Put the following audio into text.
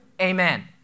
Amen